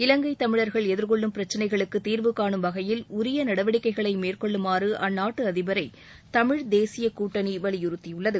இலங்கைதமிழர்கள் எதிர்கொள்ளும் பிரச்சினைகளுக்கு தீர்வுகாணும் வகையில் உரிய நடவடிக்கைகளை மேற்கொள்ளுமாறு அந்நாட்டு அதிபரை தமிழ்தேசிய கூட்டணி வலியுறுத்தியுள்ளது